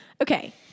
okay